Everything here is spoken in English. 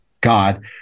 God